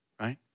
right